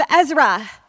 Ezra